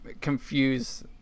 confuse